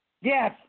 Yes